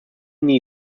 nee